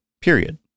period